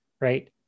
right